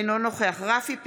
אינו נוכח רפי פרץ,